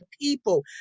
people